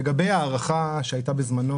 לגבי ההערכה שהייתה בזמנו